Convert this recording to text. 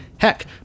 Heck